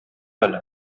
әле